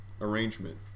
arrangement